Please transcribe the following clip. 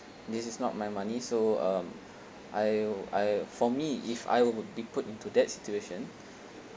this is not my money so um I'll I for me if I would be put into that situation